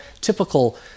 typical